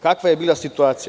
Kakva je bila situacija?